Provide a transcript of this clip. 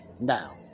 Now